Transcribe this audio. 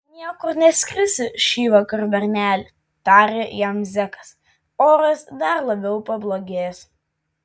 niekur neskrisi šįvakar berneli tarė jam zekas oras dar labiau pablogės